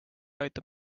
aitab